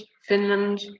Finland